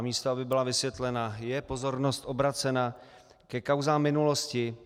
Místo aby byla vysvětlena, je pozornost obracena ke kauzám minulosti.